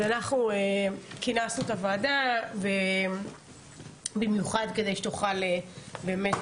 כינסנו את הוועדה במיוחד כדי שתוכל באמת